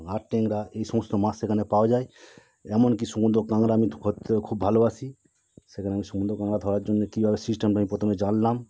আর ট্যাংরা এই সমস্ত মাস সেখানে পাওয়া যায় এমনকি সমুদ্র কাঁংড়া আমি ধোত্তেও খুব ভালোবাসি সেখানে সমুদ্র কাঁংড়া ধরার জন্যে কীভাবে সিস্টেমটা আমি প্রথমে জানলাম